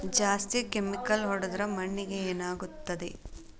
ಜಾಸ್ತಿ ಕೆಮಿಕಲ್ ಹೊಡೆದ್ರ ಮಣ್ಣಿಗೆ ಏನಾಗುತ್ತದೆ?